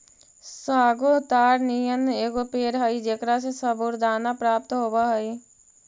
sago ताड़ नियन एगो पेड़ हई जेकरा से सबूरदाना प्राप्त होब हई